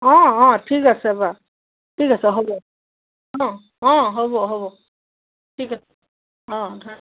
অঁ অঁ ঠিক আছে বা ঠিক আছে হ'ব অঁ অঁ হ'ব হ'ব ঠিক আছে অঁ ধন